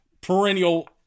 perennial